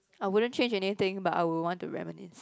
I wouldn't change anything but I would want to reminisce